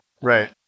Right